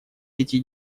пяти